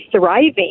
thriving